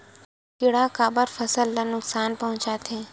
किड़ा काबर फसल ल नुकसान पहुचाथे?